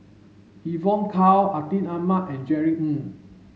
Evon Kow Atin Amat and Jerry Ng